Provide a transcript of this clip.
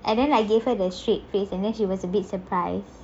and then I gave her the straight face and then she was a bit surprise